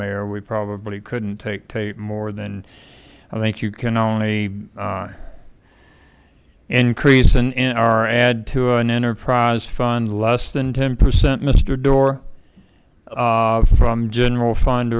mayor we probably couldn't take take more than i think you can only increase in our ad to an enterprise fund less than ten percent mister doar from general fund